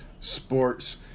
sports